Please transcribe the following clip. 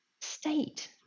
State